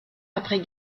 après